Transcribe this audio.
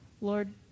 Lord